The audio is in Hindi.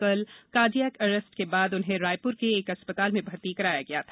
कल कार्डियक अरेस्ट के बाद रायप्र के एक अस्पताल में भर्ती कराया गया था